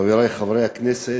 תודה, חברי חברי הכנסת,